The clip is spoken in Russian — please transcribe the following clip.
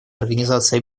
организацией